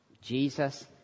Jesus